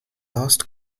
lost